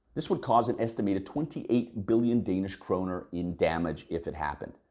this would cause an estimated twenty eight billion danish kroner in damage if it happened,